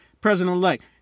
president-elect